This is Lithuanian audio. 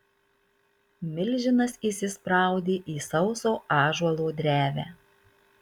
milžinas įsispraudė į sauso ąžuolo drevę